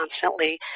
constantly